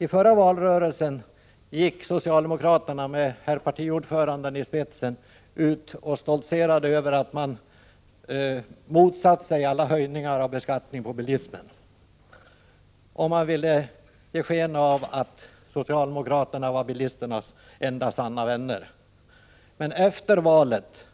I förra valrörelsen gick socialdemokraterna med herr partiordföranden i spetsen ut och stoltserade över att de hade motsatt sig alla höjningar av beskattning på bilismen. De ville ge sken av att socialdemokraterna var bilisternas enda sanna vänner. Men efter valet